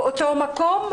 באותו מקום.